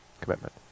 commitment